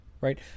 right